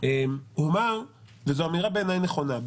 ובעיניי זו אמירה נכונה,